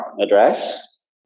address